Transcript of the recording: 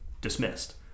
dismissed